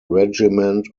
regiment